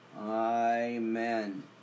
Amen